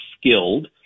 skilled